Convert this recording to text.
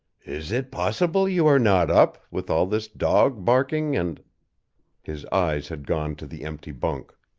is it possible you are not up, with all this dog-barking and his eyes had gone to the empty bunk.